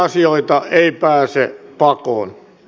tosiasioita ei pääse pakoon